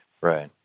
Right